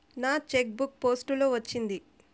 నా chequebook post లో వచ్చింది